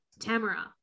Tamara